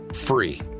free